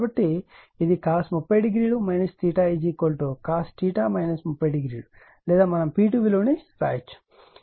కాబట్టి ఇది cos 30 o cos 30 o లేదా మనం P2 విలువ ని వ్రాయవచ్చు ఇది లైన్ మరియు లైన్ మధ్య వోల్టేజ్